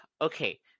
okay